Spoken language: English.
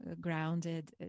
grounded